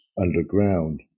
underground